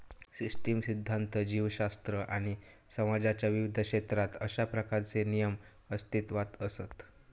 system सिध्दांत, जीवशास्त्र आणि समाजाच्या विविध क्षेत्रात अशा प्रकारचे नियम अस्तित्वात असत